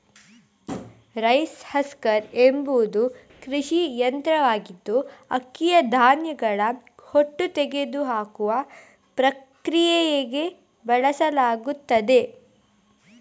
rice husker ಎಂಬುದು ಕೃಷಿ ಯಂತ್ರವಾಗಿದ್ದು ಅಕ್ಕಿಯ ಧಾನ್ಯಗಳ ಹೊಟ್ಟು ತೆಗೆದುಹಾಕುವ ಪ್ರಕ್ರಿಯೆಗೆ ಬಳಸಲಾಗುತ್ತದೆ